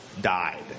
Died